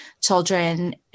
children